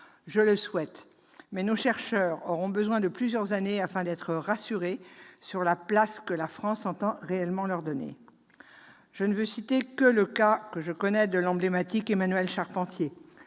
Je le souhaite, mais nos chercheurs auront besoin de plusieurs années pour être enfin rassurés sur la place que la France entend réellement leur donner. Je ne citerai que le cas emblématique d'Emmanuelle Charpentier.